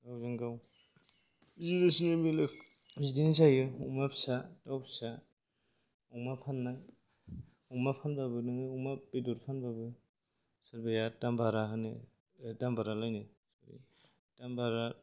गावजोंगाव जिनिसनि बेलायाव बिदिनो जायो अमा फिसा दाउ फिसा अमा फाननाय अमा फानबाबो नोङो बेदर फानबाबो सोरबाया दाम बारा होनो दाम बारालायनो दाम बारा